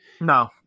No